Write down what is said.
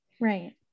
right